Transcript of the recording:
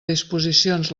disposicions